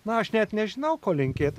na aš net nežinau ko linkėt